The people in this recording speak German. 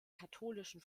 katholischen